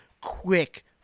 quick